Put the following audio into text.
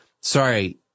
sorry